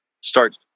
start